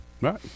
Right